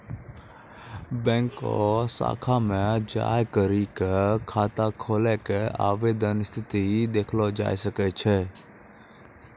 बैंको शाखा मे जाय करी क खाता खोलै के आवेदन स्थिति देखलो जाय सकै छै